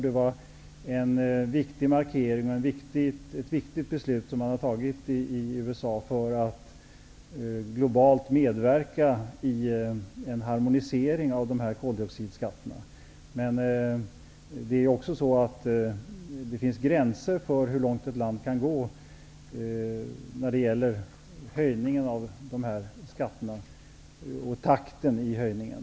Det var en viktig markering och ett viktigt beslut för en global medverkan till en harmonisering av koldioxidskatterna. Det finns dock gränser för hur långt ett land kan gå när det gäller höjning av dessa skatter och takten för höjningen.